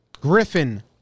Griffin